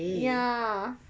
ya